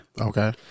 Okay